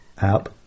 app